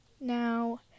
now